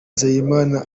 nzeyimana